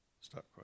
Stop